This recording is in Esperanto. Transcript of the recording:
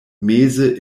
meze